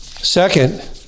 Second